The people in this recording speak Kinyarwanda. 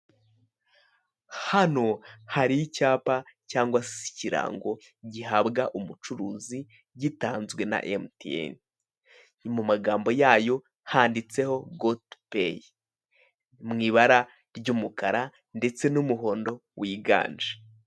Hano hari icyapa cyangwa ikirango gihabwa umucuruzi gitanzwe na emutiyene, mu magabo yaho handitseho go tu peyi mu ibara ry'umukara ndetse n'umuhondo wiganje.